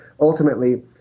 ultimately